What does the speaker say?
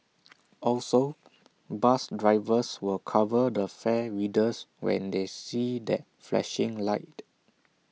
also bus drivers will cover the fare readers when they see that flashing light